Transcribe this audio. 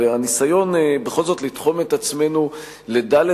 והניסיון בכל זאת לתחום את עצמנו לד'